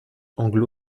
anglo